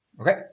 Okay